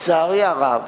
לצערי הרב,